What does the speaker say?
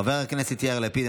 חבר הכנסת יאיר לפיד,